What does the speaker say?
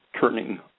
turning